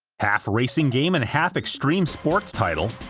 half racing game and half extreme sports title,